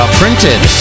printed